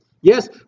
Yes